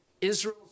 Israel